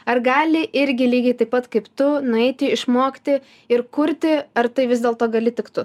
ar gali irgi lygiai taip pat kaip tu nueiti išmokti ir kurti ar tai vis dėlto gali tik tu